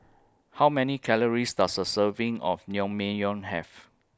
How Many Calories Does A Serving of Naengmyeon Have